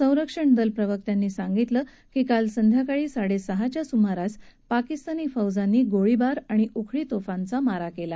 संरक्षण दलाच्या प्रवक्त्यानं सांगितलं की काल संध्याकाळी साडेसहा च्या सुमारास पाकिस्तानी फौजांनी गोळीबार आणि उखळी तोफांचा मारा केला